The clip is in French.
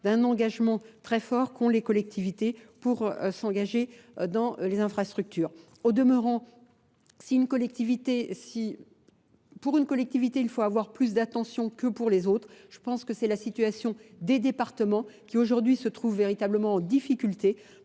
d'un engagement très fort qu'ont les collectivités pour s'engager dans les infrastructures. Au demeurant Pour une collectivité, il faut avoir plus d'attention que pour les autres. Je pense que c'est la situation des départements qui aujourd'hui se trouvent véritablement en difficulté,